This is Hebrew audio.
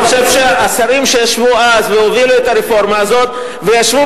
אני חושב שהשרים שישבו אז והובילו את הרפורמה הזאת וישבו